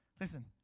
Listen